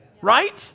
right